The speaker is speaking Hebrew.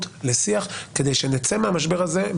כי אנחנו מעדיפים את המדינה,